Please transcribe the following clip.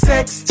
sex